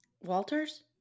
walters